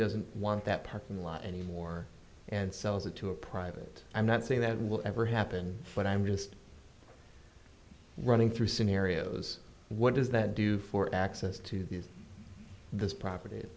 doesn't want that parking lot anymore and sells it to a private i'm not saying that will ever happen but i'm just running through scenarios what does that do for access to these this property